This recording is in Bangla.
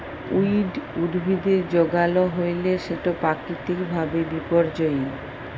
উইড উদ্ভিদের যগাল হ্যইলে সেট পাকিতিক ভাবে বিপর্যয়ী